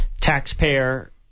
taxpayer